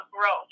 growth